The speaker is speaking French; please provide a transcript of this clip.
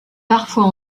parfois